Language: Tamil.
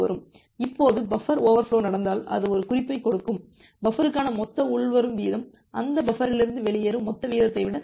இப்போது பஃபர் ஓவர்ஃபோலோ நடந்தால் அது ஒரு குறிப்பைக் கொடுக்கும் பஃபருக்கான மொத்த உள்வரும் வீதம் அந்த பஃபரிலிருந்து வெளியேறும் மொத்த வீதத்தை விட அதிகமாகும்